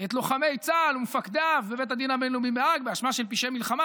את לוחמי צה"ל ומפקדיו בבית הדין הבין-לאומי בהאג באשמה של פשעי מלחמה,